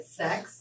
sex